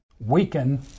weaken